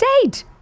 state